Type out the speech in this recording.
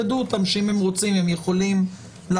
יידעו אותם שאם הם רוצים הם יכולים לעבור